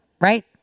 right